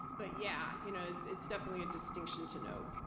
but yeah, you know it's it's definitely a distinction to note.